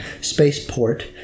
spaceport